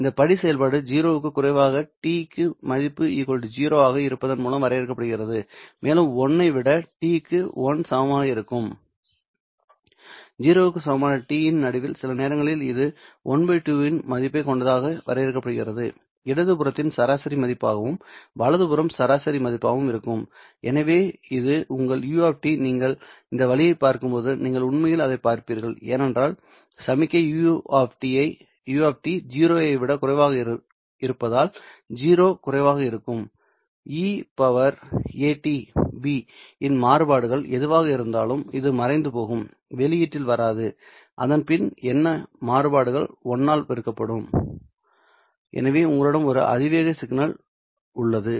இந்த படி செயல்பாடு 0 க்கு குறைவாக t க்கு மதிப்பு 0 ஆக இருப்பதன் மூலம் வரையறுக்கப்படுகிறது மேலும் இது 1 ஐ விட t க்கு 1 சமமாக இருக்கும் 0 க்கு சமமான t இன் நடுவில் சில நேரங்களில் இது ½ இன் மதிப்பைக் கொண்டதாக வரையறுக்கப்படுகிறதுஇடதுபுறத்தின் சராசரி மதிப்பாகவும் வலதுபுறம் சராசரி மதிப்பாகவும் இருக்கும் எனவே இது உங்கள் u நீங்கள் இந்த வழியைப் பார்க்கும்போது நீங்கள் உண்மையில் அதைப் பார்ப்பீர்கள் ஏனென்றால் சமிக்ஞை u 0 ஐ விட குறைவாக இருப்பதால் 0 குறைவாக இருக்கும் இ அட் பி இன் மாறுபாடுகள் எதுவாக இருந்தாலும் இது மறைந்து போகும் வெளியீட்டில் வராது அதன் பின் என்ன மாறுபாடுகள் 1 ஆல் பெருக்கப்படும் எனவே உங்களிடம் ஒரு அதிவேக சிக்னல் உள்ளது